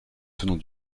tenant